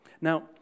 Now